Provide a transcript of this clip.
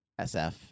SF